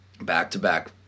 back-to-back